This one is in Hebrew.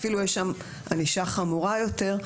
יש שם אפילו ענישה חמורה יותר.